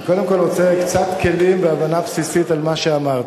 אני קודם כול רוצה כלים והבנה בסיסית על מה שאמרתי,